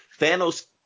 Thanos